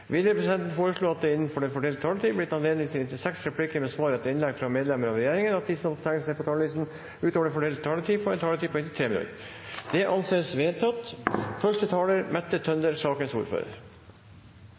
Videre vil presidenten foreslå at det – innenfor den fordelte taletid – blir gitt anledning til inntil seks replikker med svar etter innlegg fra medlemmer av regjeringen, og at de som måtte tegne seg på talerlisten utover den fordelte taletid, får en taletid på inntil 3 minutter. – Det anses vedtatt.